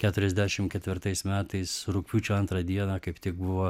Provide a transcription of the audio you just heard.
keturiasdešim ketvirtais metais rugpjūčio antrą dieną kaip tik buvo